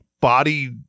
body